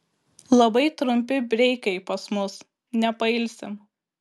labai trumpi breikai pas mus nepailsim